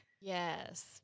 Yes